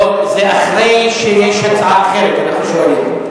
לא, זה אחרי שיש הצעה אחרת, אנחנו שואלים.